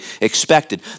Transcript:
expected